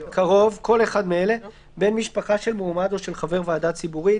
"קרוב" כל אחד מאלה: (1)בן משפחה של מועמד או של חבר ועדה ציבורית,